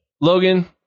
Logan